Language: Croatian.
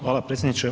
Hvala predsjedniče.